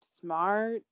smart